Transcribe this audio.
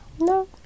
No